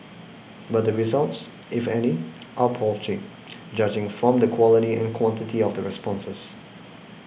but the results if any are paltry judging from the quality and quantity of the responses